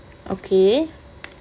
okay